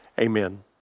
Amen